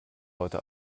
leute